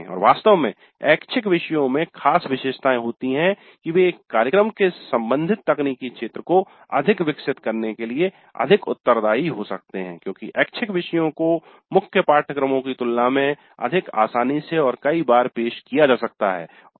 और वास्तव में ऐच्छिक विषयों में खास विशेषताएं होती हैं कि वे एक कार्यक्रम के संबंधित तकनीकी क्षेत्र को अधिक विकासित करने के लिए अधिक उत्तरदायी हो सकते हैं क्योंकि ऐच्छिक विषयों को मुख्य पाठ्यक्रमों की तुलना में अधिक आसानी से और कई बार पेश किया जा सकता है